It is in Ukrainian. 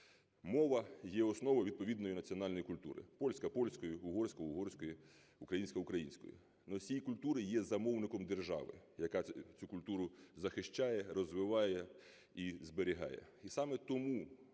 Мова є основою відповідної національної культури: польська – польської, угорська – угорської, українська – української. Носій культури є замовником держави, яка цю культуру захищає, розвиває і зберігає.